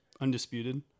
Undisputed